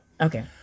Okay